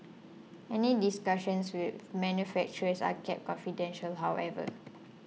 any discussions with manufacturers are kept confidential however